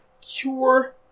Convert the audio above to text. cure